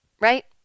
right